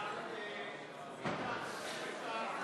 אדוני היושב-ראש,